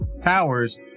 powers